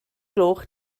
gloch